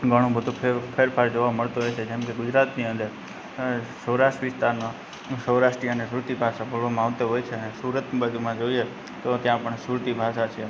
ઘણો બધો ફેર ફેરફાર જોવા મળતો હોય છે જેમ કે ગુજરાતની અંદર અ સૌરાષ્ટ્ર વિસ્તારમાં સૌરાષ્ટ્રી અને સુરતી ભાષા બોલવામાં આવતી હોય છે ને સુરતની બાજુમાં જોઇએ તો ત્યાં પણ સુરતી ભાષા છે